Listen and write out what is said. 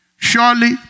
Surely